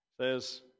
says